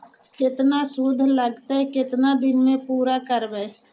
केतना शुद्ध लगतै केतना दिन में पुरा करबैय?